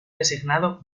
designado